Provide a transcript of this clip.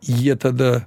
jie tada